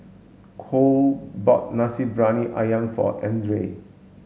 Cole bought Nasi Briyani Ayam for Andrae